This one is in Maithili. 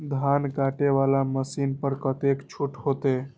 धान कटे वाला मशीन पर कतेक छूट होते?